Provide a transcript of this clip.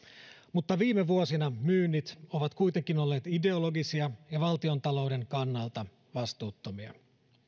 mutta viime vuosina myynnit ovat kuitenkin olleet ideologisia ja valtiontalouden kannalta vastuuttomia